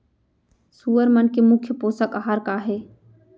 सुअर मन के मुख्य पोसक आहार का हे?